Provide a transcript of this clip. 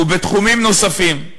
"ובתחומים נוספים".